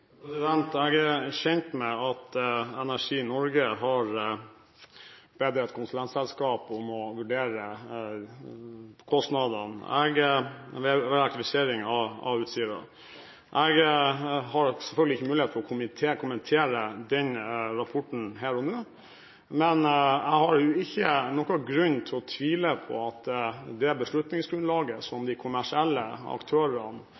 Jeg er kjent med at Energi Norge har bedt et konsulentselskap om å vurdere kostnadene ved elektrifisering av Utsirahøyden. Jeg har selvfølgelig ikke mulighet til å kommentere denne rapporten her og nå, men jeg har ingen grunn til å tvile på det beslutningsgrunnlaget som de kommersielle aktørene